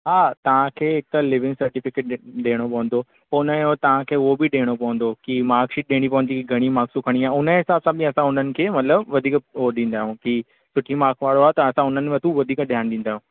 हा तव्हां खे हिकु लिविंग सर्टिफिकेट ॾे ॾियणो पवंदो हो हुनजो तव्हां खे हो बि ॾियणो पवंदो कि मार्कशीट ॾियणी पवंदी घणी मार्क्सूं खणी आयो हुनजे हिसाब सां बि असां हुननि खे मतिलबु वधीक हो ॾींदा आहियूं की सुठी मार्क्स वारो आहे त असां हुननि वटि वधीक ध्यानु ॾींदा आहियूं